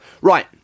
Right